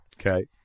Okay